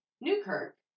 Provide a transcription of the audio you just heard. Newkirk